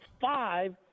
five